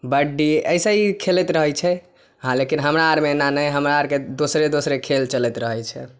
कबड्डी एहिसे ई खेलैत रहै छै हॅं लेकिन हमराआर मे एना नै हमरा अर के दोसरे दोसरे खेल चलैत रहै छै